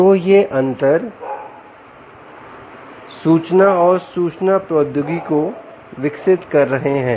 तो यह अंतर सूचना और सूचना प्रौद्योगिकी को विकसित कर रहे हैं